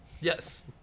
Yes